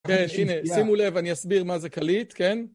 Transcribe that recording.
כן, הנה, שימו לב, אני אסביר מה זה קליט, כן?